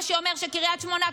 מה שאומר שקריית שמונה,